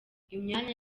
imyanya